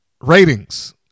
ratings